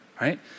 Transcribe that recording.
right